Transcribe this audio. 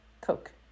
Coke